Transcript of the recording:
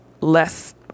less